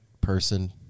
person